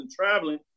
traveling